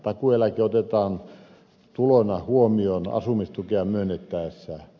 takuueläke otetaan tulona huomioon asumistukea myönnettäessä